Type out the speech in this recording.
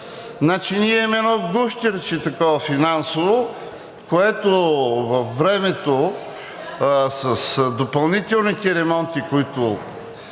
ние имаме едно гущерче финансово, което във времето с допълнителните ремонти, които